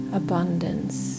abundance